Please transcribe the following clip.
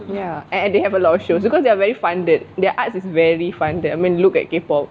ya and and they have a lot of shows because they are very funded their arts is very funded I mean look at K pop